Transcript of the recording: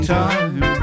time